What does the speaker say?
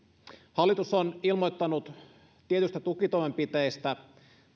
hallitus on ilmoittanut tietyistä tukitoimenpiteistä